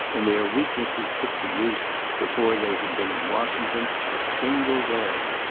and their weaknesses put to use before they had been in washington a single day.